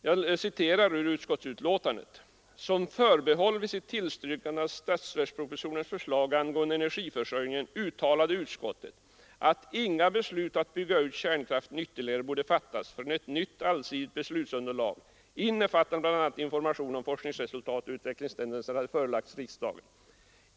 Jag citerar ur det föreliggande utskottsbetänkandet: ”Som förbehåll vid sitt tillstyrkande av statsverkspropositionens förslag angående energiförsörjningen uttalade utskottet att inga beslut att bygga ut kärnkraften ytterligare borde fattas förrän ett nytt, allsidigt beslutsunderlag, innefattande bl.a. information om forskningsresultat och utvecklingstendenser, hade förelagts riksdagen.